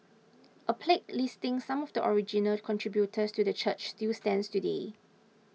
a plaque listing some of the original contributors to the church still stands today